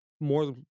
more